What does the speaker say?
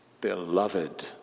beloved